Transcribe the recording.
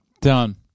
done